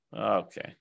Okay